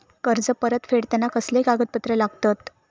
कर्ज परत फेडताना कसले कागदपत्र लागतत?